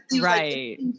right